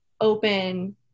open